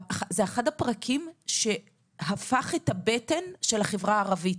זה אחד הפרקים שהפך את הבטן של החברה הערבית.